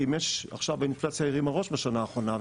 עכשיו האינפלציה הרימה ראש בשנה האחרונה,